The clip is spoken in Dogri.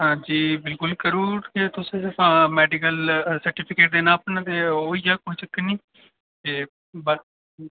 हां जी बिलकुल करी ओड़गे तुस तां मेडिकल सर्टिफिकेट देना अपना ते होई जाह्ग कोई चक्कर नी ते बाकी